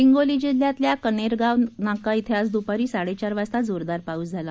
हिंगोली जिल्ह्यातील कनेरगाव नाका श्व आज दुपारी साडेचार वाजता जोरदार पाऊस झाला